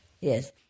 Yes